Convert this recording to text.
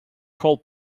call